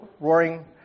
roaring